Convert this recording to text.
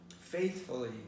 faithfully